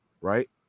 right